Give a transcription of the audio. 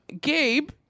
Gabe